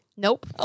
Nope